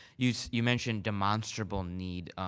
you so you mentioned demonstrable need.